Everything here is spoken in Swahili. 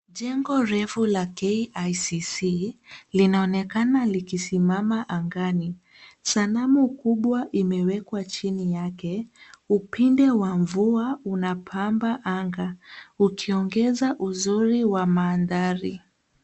Jengo refu la KICC linaonekana likisimama angani, sanamu kubwa imewekwa chini yake upinde wa mvua unapamba anga ukiongeza uzuri wa madhari.